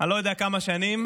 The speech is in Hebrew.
לא יודע כמה שנים,